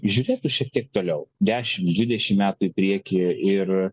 žiūrėtų šiek tiek toliau dešimt dvidešimt metų į priekį ir